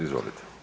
Izvolite.